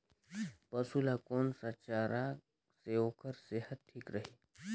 पशु ला कोन स चारा से ओकर सेहत ठीक रही?